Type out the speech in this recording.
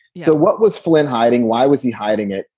so what was flynn hiding? why was he hiding it?